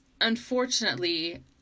unfortunately